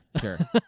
sure